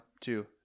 Two